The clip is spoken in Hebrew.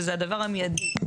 שזה הדבר המיידי,